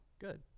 good